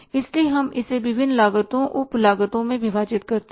इसलिए हम इसे विभिन्न लागतों उप लागतों में विभाजित करते हैं